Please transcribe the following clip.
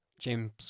James